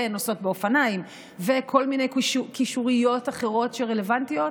נוסעות באופניים וכל מיני קישוריות אחרות שרלוונטיות,